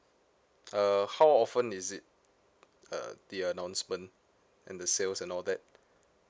uh how often is it uh the announcement and the sales and all that